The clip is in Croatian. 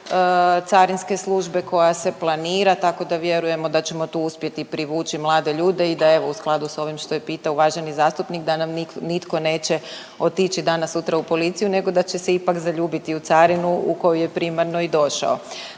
carinske službe koja se planira. Tako da vjerujemo da ćemo tu uspjeti privući mlade ljude i da evo u skladu s ovim što je pitao uvaženi zastupnik da nam nitko neće otići danas, sutra u policiju nego da će se ipak zaljubiti u carinu u koju je primarno i došao.